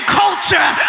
culture